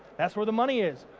that's where the money is.